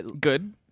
Good